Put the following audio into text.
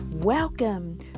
Welcome